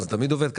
זה תמיד עובד כך.